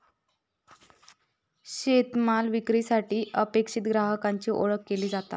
शेतमाल विक्रीसाठी अपेक्षित ग्राहकाची ओळख केली जाता